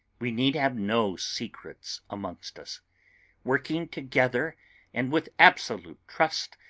we need have no secrets amongst us working together and with absolute trust,